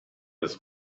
his